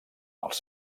els